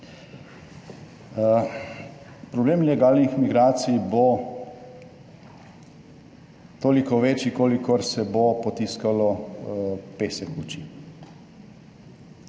Problem ilegalnih migracij bo toliko večji, kolikor se bo potiskalo pesek v oči.